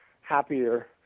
happier